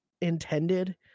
intended